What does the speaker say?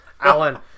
Alan